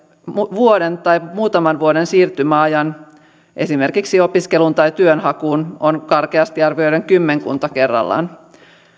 vuoden tai muutaman vuoden siirtymäajan esimerkiksi opiskeluun tai työnhakuun on karkeasti arvioiden kymmenkunta kerrallaan